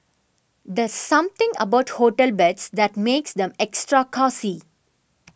there's something about hotel beds that makes them extra cosy